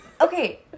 Okay